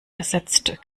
ersetzt